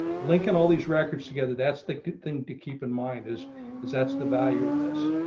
lincoln all these records together. that's the good thing to keep in mind is is that's the value of this.